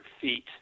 feet